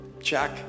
check